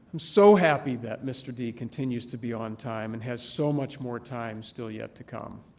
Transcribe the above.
so happy that mr. d continues to be on time and has so much more time still yet to come.